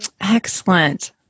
Excellent